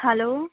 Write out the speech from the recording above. hello